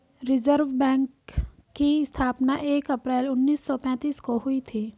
reserve bank की स्थापना एक अप्रैल उन्नीस सौ पेंतीस को हुई थी